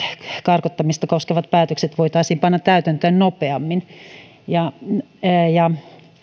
karkottamista koskevat päätökset voitaisiin panna täytäntöön nopeammin